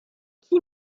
qui